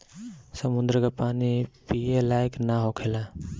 समुंद्र के पानी पिए लायक ना होखेला